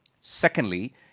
Secondly